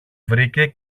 βρήκε